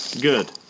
Good